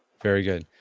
very good,